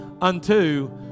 unto